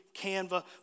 Canva